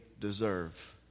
deserve